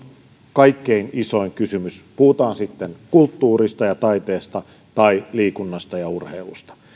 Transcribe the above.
kaikkein isoin kysymys puhutaan sitten kulttuurista ja taiteesta tai liikunnasta ja urheilusta